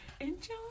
enjoy